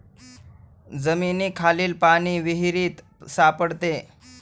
जमिनीखालील पाणी विहिरीत सापडते